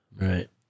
Right